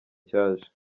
cyaje